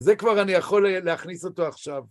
זה כבר אני יכול להכניס אותו עכשיו.